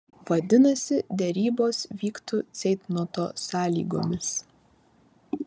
vadinasi derybos vyktų ceitnoto sąlygomis